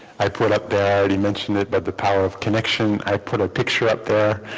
i put up there already mentioned it but the power of connection i put a picture up there